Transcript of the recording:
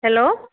hello